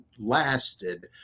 lasted